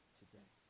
today